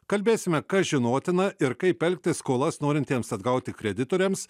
kalbėsime kas žinotina ir kaip elgtis skolas norintiems atgauti kreditoriams